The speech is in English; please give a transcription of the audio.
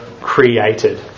created